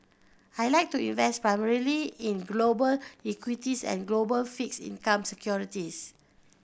I like to invest primarily in global equities and global fixed income securities